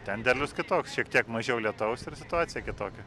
ten derlius kitoks šiek tiek mažiau lietaus ir situacija kitokia